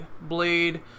Blade